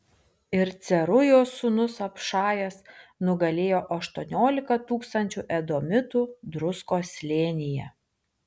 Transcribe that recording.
ir cerujos sūnus abšajas nugalėjo aštuoniolika tūkstančių edomitų druskos slėnyje